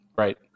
Right